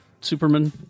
Superman